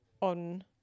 on